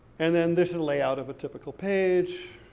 and then this is a layout of a typical page.